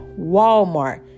Walmart